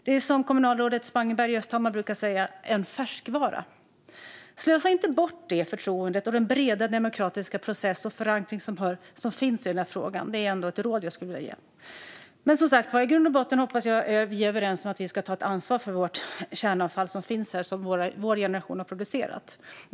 Men som kommunalrådet Spangenberg i Östhammar brukar säga är förtroende en färskvara. Slösa inte bort det förtroendet och den breda demokratiska process och förankring som finns i den här frågan! Det är ett råd jag skulle vilja ge. I grund och botten hoppas jag som sagt att vi är överens om att vi ska ta ansvar för det kärnavfall som finns och som vår generation har producerat.